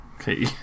Okay